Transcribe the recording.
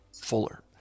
Fuller